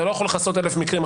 אתה לא יכול לכסות אלף מקרים.